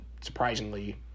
surprisingly